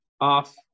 off